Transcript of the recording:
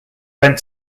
went